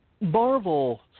Marvel